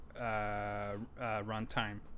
runtime